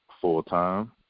full-time